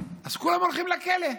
אז כולם הולכים לכלא.